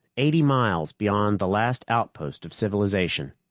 eighty miles beyond the last outpost of civilization.